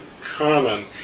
common